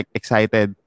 excited